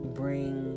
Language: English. bring